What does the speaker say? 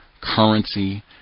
currency